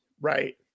Right